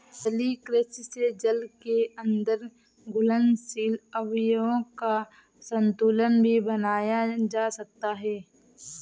जलीय कृषि से जल के अंदर घुलनशील अवयवों का संतुलन भी बनाया जा सकता है